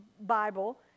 Bible